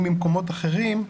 האם ממקומות אחרים,